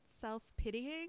self-pitying